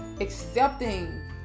Accepting